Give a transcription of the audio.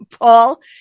Paul